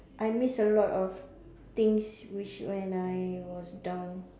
I miss a lot of things which when I was down